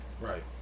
Right